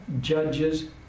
judges